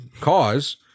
cause